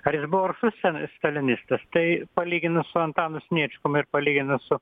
ar jis buvo aršus ten stalinistas tai palyginus su antanu sniečkum ir palyginus su